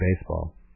Baseball